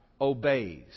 obeys